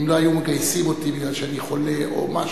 אם לא היו מגייסים אותי משום שאני חולה או משהו,